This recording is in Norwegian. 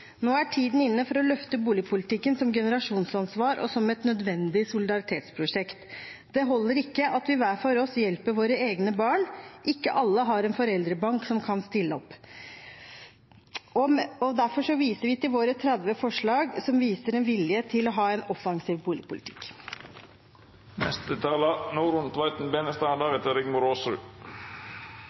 Nå er tiden inne for å løfte boligpolitikken som generasjonsansvar og som et nødvendig solidaritetsprosjekt. Det holder ikke at vi hver for oss hjelper våre egne barn – ikke alle har en foreldrebank som kan stille opp. Derfor viser vi til våre 30 forslag, som viser en vilje til å ha en offensiv boligpolitikk.